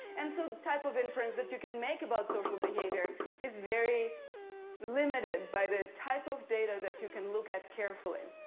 and some so type of inference that you can make about social behavior is very limited by the type of data that you can look at carefully.